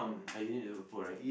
uh you need to fold right